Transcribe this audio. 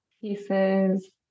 pieces